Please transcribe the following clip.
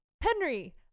Henry